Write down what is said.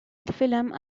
الفلم